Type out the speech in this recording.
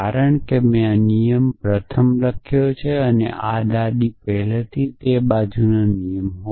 કારણ કે મેં આ નિયમ પ્રથમ લખ્યો હતો આ દાદી માટેનો નિયમ છે